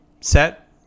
set